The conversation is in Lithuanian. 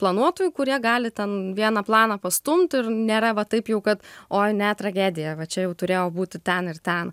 planuotojų kurie gali ten vieną planą pastumt ir nėra va taip jau kad oi ne tragedija va čia jau turėjau būti ten ir ten